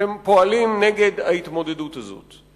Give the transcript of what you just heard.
שפועלים נגד ההתמודדות הזאת.